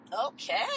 okay